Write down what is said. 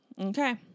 okay